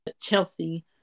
Chelsea